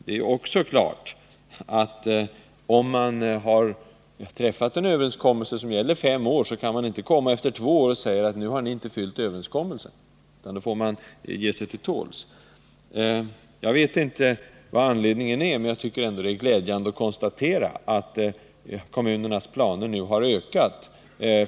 Men när det gäller en överenskommelse som har träffats för fem år, kan inte den ena parten efter två år säga till den andra att den inte har följt överenskommelsen, utan då får man ge sig till tåls. Kommunernas planer har emellertid nu ökat — jag känner inte till vad som har föranlett ökningen, men jag tycker det är glädjande att konstatera att det har skett en sådan.